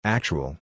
Actual